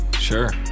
sure